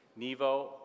Nevo